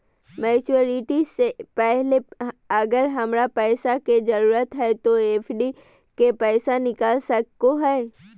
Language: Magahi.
मैच्यूरिटी से पहले अगर हमरा पैसा के जरूरत है तो एफडी के पैसा निकल सको है?